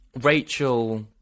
rachel